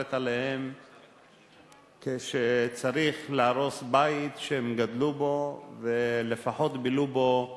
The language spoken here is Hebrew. עליהם כשצריך להרוס בית שהם גדלו בו או לפחות בילו בו